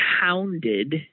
hounded